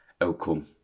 outcome